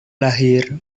lahir